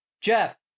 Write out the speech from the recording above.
Jeff